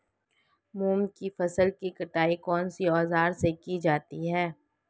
मूंग की फसल की कटाई कौनसे औज़ार से की जाती है?